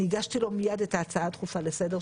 הגשתי לו מייד את ההצעה הדחופה לסדר,